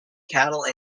cattle